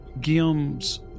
Guillaume's